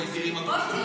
בואי תראי מה כותבים.